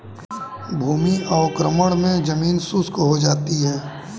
भूमि अवक्रमण मे जमीन शुष्क हो जाती है